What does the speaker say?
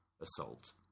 Assault